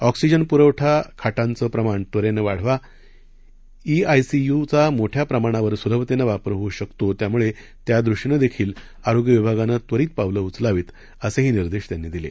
oxygen पुरवठा खाटांचं प्रमाण त्वरेनं वाढवा ई आयसीयूचा मोठ्या प्रमाणावर सुलभतेने वापर होऊ शकतो त्यामुळे त्यादृष्टीनं देखील आरोग्य विभागानं त्वरित पावलं उचलावीत असेही निर्देश त्यांनी दिले